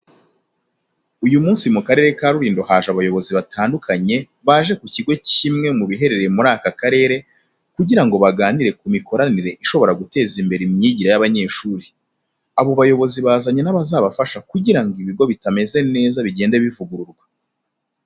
Uyu munsi mu karere ka Rulindo haje abayobozi batandukanye baje ku kigo kimwe mu biherereye muri aka karere, kugira ngo baganire ku mikoranire ishobora guteza imbere imyigire y'abanyeshuri. Abo bayobozi bazanye n'abazafasha kugira ngo ibigo bitameze neza bigende bivugururwa.